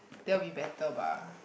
that would be better bah